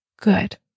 good